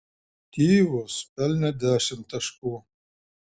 tyus pelnė dešimt taškų